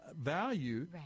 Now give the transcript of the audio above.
value